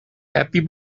happy